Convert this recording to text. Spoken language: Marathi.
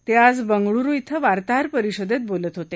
ते आज बंगळुरु इथं वार्ताहर परिषदेत बोलत होते